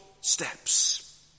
steps